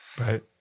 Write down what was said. right